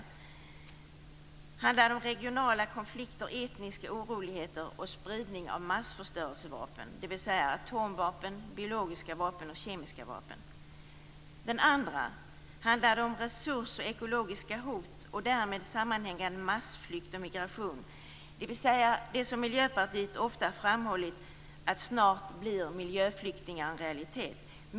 Den första stora hotbilden handlade om regionala konflikter, etniska oroligheter och spridning av massförstörelsevapen, dvs. atomvapen, biologiska vapen och kemiska vapen. Den andra handlade om resurser och ekologiska hot och därmed sammanhängande massflykt och migration, dvs. det som Miljöpartiet ofta framhållit - snart blir miljöflyktingar en realitet.